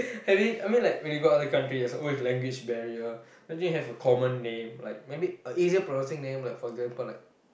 having I mean like when you go other country oh you have language barrier then you have a common name like maybe an easier pronouncing name like for example like